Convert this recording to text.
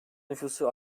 nüfusu